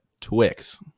Twix